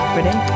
Ready